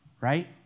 right